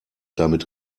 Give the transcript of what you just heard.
damit